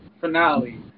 finale